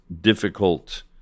difficult